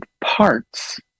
parts